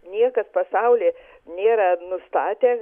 niekas pasaulyje nėra nustatę